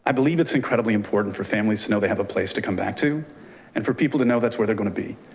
believe it's incredibly important for families to know they have a place to come back to and for people to know that's where they're going to be.